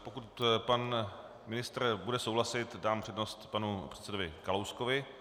Pokud pan ministr bude souhlasit, dám přednost panu předsedovi Kalouskovi.